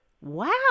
Wow